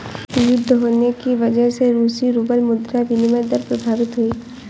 युद्ध होने की वजह से रूसी रूबल मुद्रा विनिमय दर प्रभावित हुई